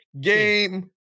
game